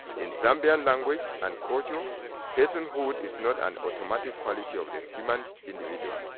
in zambian language and culture personhood is not an automatic quality of the human individual,